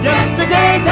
Yesterday